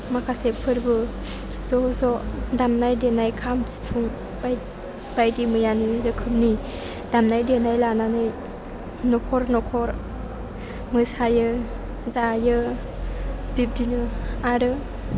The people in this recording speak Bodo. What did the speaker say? माखासे फोरबो ज' ज' दामनाय देनाय खाम सिफुं बायदि मैया नुयै रोखोमनि दामनाय देनाय लानानै न'खर न'खर मोसायो जायो बेबादिनो आरो